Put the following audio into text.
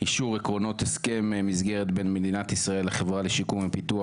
אישור עקרונות הסכם מסגרת בין מדינת ישראל לחברה לשיכון ופיתוח,